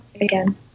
again